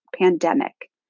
pandemic